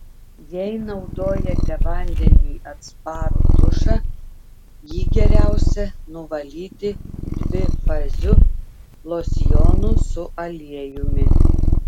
jei naudojate vandeniui atsparų tušą jį geriausia nuvalyti dvifaziu losjonu su aliejumi